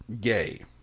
gay